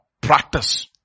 practice